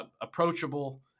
approachable